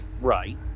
right